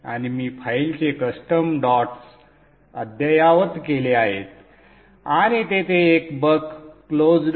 आणि मी फाईलचे कस्टम डॉट्स अद्यायावत केले आहेत आणि तेथे एक बक क्लोज्ड